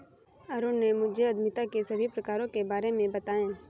अरुण ने मुझे उद्यमिता के सभी प्रकारों के बारे में बताएं